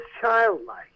childlike